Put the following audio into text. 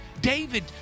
David